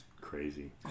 crazy